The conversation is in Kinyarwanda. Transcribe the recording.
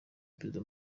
perezida